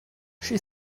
she